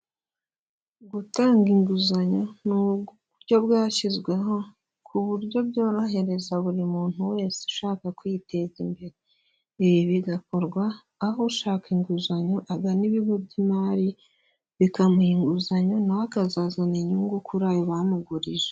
Gutanga inguzanyo ni uburyo bwashyizweho ku buryo byorohereza buri muntu wese ushaka kwiteza imbere, ibi bigakorwa aho ushaka inguzanyo agana ibigo by'imari bikamuha inguzanyo nawe we akazazana inyungu kuri ayo bamugurije.